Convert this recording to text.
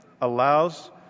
allows